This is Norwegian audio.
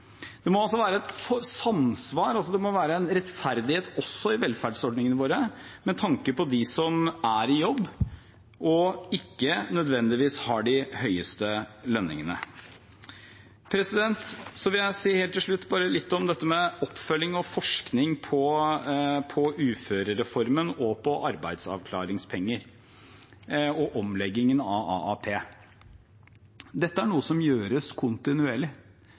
Det må altså være et samsvar. Det må være en rettferdighet i velferdsordningene våre med tanke på dem som er i jobb og ikke nødvendigvis har de høyeste lønningene. Helt til slutt vil jeg si litt om det med oppfølging av og forskning på uførereformen og på arbeidsavklaringspenger og omleggingen av AAP. Dette er noe som gjøres kontinuerlig.